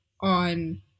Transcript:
on